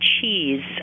cheese